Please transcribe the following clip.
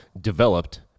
developed